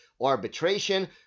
arbitration